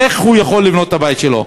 איך הוא יכול לבנות את הבית שלו?